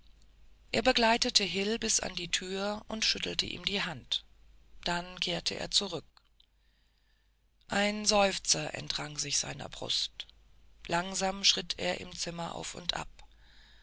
er begleitete hil bis an die tür und schüttelte ihm die hand dann kehrte er zurück ein seufzer entrang sich seiner brust lange schritt er im zimmer auf und ab